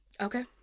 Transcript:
Okay